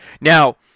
Now